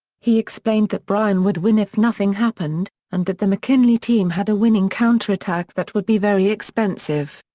he explained that bryan would win if nothing happened, and that the mckinley team had a winning counterattack that would be very expensive.